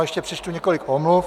Ještě přečtu několik omluv.